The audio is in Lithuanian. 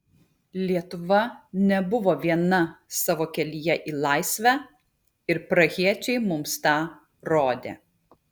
lietuva nebuvo viena savo kelyje į laisvę ir prahiečiai mums tą rodė